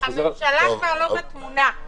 הממשלה כבר לא בתמונה.